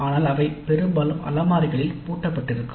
ஆனால் அவை பெரும்பாலும் அலமாரிகளில் பூட்டப்பட்டிருக்கும்